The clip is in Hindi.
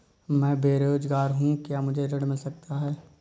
मैं बेरोजगार हूँ क्या मुझे ऋण मिल सकता है?